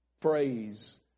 phrase